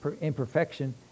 imperfection